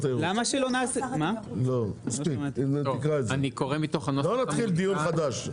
לא נתחיל דיון חדש.